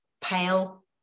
pale